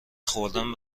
خوردن